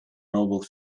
noble